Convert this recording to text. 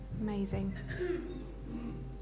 Amazing